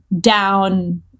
down